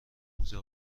موزه